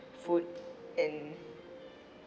food and